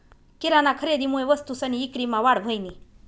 किराना खरेदीमुये वस्तूसनी ईक्रीमा वाढ व्हयनी